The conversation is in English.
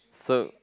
so